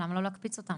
למה לא להקפיץ אותם?